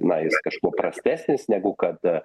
na jis kažkuo prastesnis negu kada